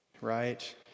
right